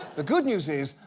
the good news is,